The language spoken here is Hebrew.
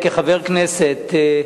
כחבר כנסת,